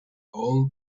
old